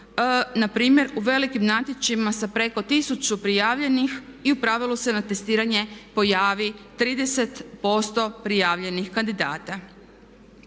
Na primjer u velikim natječajima sa preko tisuću prijavljenih i u pravilu se na testiranje pojavi 30% prijavljenih kandidata.